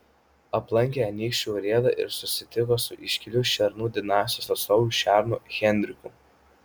aplankė anykščių urėdą ir susitiko su iškiliu šernų dinastijos atstovu šernu henriku